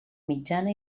mitjana